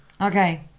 Okay